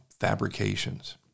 fabrications